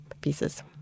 pieces